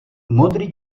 modrý